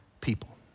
people